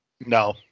No